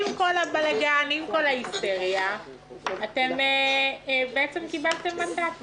עם כל הבלגן וההיסטריה, בעצם קיבלתם מנדט.